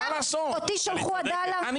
יש לי ברירה?